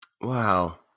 wow